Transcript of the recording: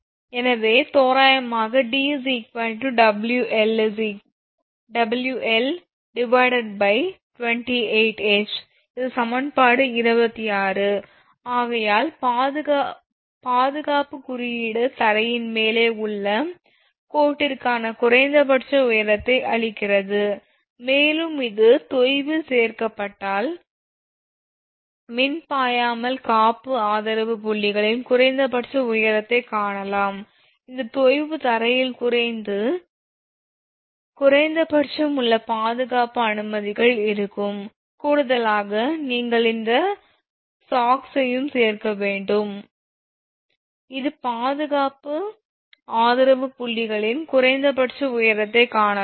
எனவே தோராயமாக 𝑑 𝑊𝐿28𝐻 இது சமன்பாடு 26 ஆகையால் பாதுகாப்பு குறியீடு தரையின் மேலே உள்ள கோட்டிற்கான குறைந்தபட்ச உயரத்தை அளிக்கிறது மேலும் இது தொய்வில் சேர்க்கப்பட்டால் மின்பாயாமல் காப்பு ஆதரவு புள்ளிகளின் குறைந்தபட்ச உயரத்தைக் காணலாம் இந்த தொய்வு தரையில் இருந்து குறைந்தபட்சம் உங்கள் பாதுகாப்பு அனுமதிகள் இருக்கும் கூடுதலாக நீங்கள் இந்த சாக்ஸையும் சேர்க்க வேண்டும் இது காப்பு ஆதரவு புள்ளிகளின் குறைந்தபட்ச உயரத்தைக் காணலாம்